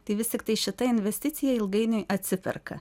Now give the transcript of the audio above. tai vis tiktai šita investicija ilgainiui atsiperka